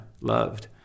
loved